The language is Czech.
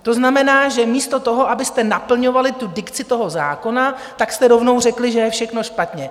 To znamená, že místo toho, abyste naplňovali dikci toho zákona, jste rovnou řekli, že je všechno špatně.